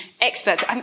experts